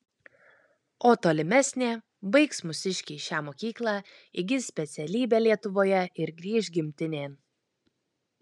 o tolimesnė baigs mūsiškiai šią mokyklą įgis specialybę lietuvoje ir grįš gimtinėn